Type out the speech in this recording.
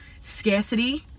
scarcity